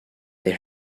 they